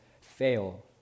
fail